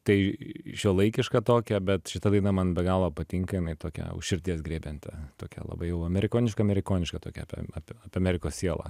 tai šiuolaikišką tokią bet šita daina man be galo patinka jinai tokia už širdies griebianti tokia labai jau amerikoniška amerikoniška tokia apie apie apie amerikos sielą